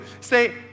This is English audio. say